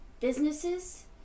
businesses